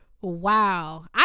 Wow